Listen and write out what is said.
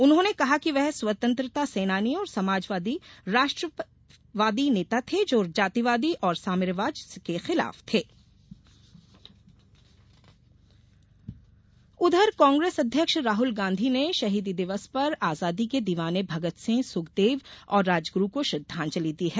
उन्होंने कहा कि वे स्वतंत्रता सेनानी और समाजवादी राष्ट्रवादी नेता थे जो जातिवादी और साम्राज्यवाद के खिलाफ उधर कांग्रेस अध्यक्ष राहुल गांधी ने शहीदी दिवस पर आजादी के दीवाने भगत सिंह सुखदेव और राजग्रु को श्रद्वांजलि दी है